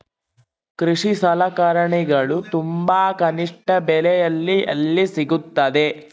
ಕೃಷಿ ಸಲಕರಣಿಗಳು ತುಂಬಾ ಕನಿಷ್ಠ ಬೆಲೆಯಲ್ಲಿ ಎಲ್ಲಿ ಸಿಗುತ್ತವೆ?